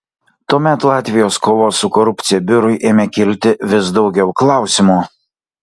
tuomet latvijos kovos su korupcija biurui ėmė kilti vis daugiau klausimų